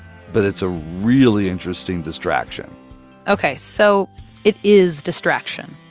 but it's a really interesting distraction ok. so it is distraction,